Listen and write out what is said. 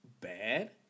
bad